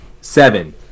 Seven